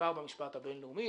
שמוכר במשפט הבין-לאומי,